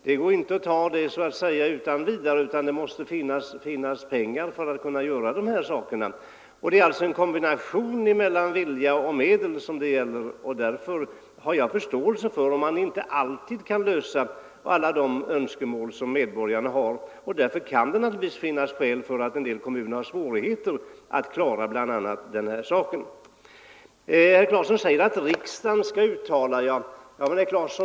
Utan pengar kan man inte höja bostadstillägget. Det är alltså här fråga om en kombination av vilja och medel. Därför har jag förståelse för att det inte alltid går att tillgodose alla medborgarnas önskemål. En del kommuner kan ha svårigheter att höja gällande bostadstillägg. Herr Claeson säger att riksdagen skall uttala sin mening till kommunerna.